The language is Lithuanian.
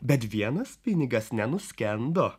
bet vienas pinigas nenuskendo